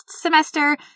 semester